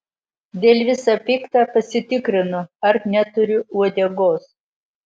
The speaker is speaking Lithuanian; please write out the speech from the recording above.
dėl visa pikta pasitikrinu ar neturiu uodegos